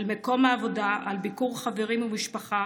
על מקום העבודה, על ביקור חברים ומשפחה